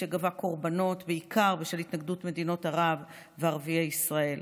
שגבה קורבנות בעיקר בשל התנגדות מדינות ערב וערביי ישראל.